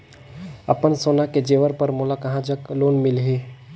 अपन सोना के जेवर पर मोला कहां जग लोन मिलही?